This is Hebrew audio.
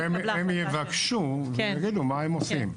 הם יבקשו ויגידו מה הם עושים.